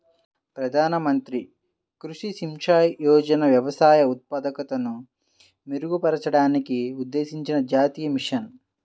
ప్రధాన మంత్రి కృషి సించాయ్ యోజన వ్యవసాయ ఉత్పాదకతను మెరుగుపరచడానికి ఉద్దేశించిన జాతీయ మిషన్